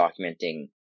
documenting